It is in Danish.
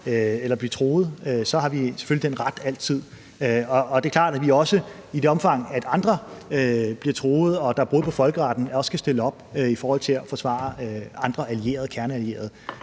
eller bliver truet. Så har vi selvfølgelig altid den ret. Det er også klart, at vi, i det omfang andre bliver truet og der er brud på folkeretten, kan stille op i forhold til at forsvare andre allierede og kerneallierede.